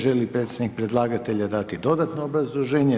Želi li predstavnik predlagatelja dati dodatno obrazloženje?